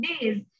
days